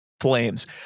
flames